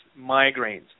migraines